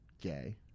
gay